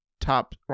top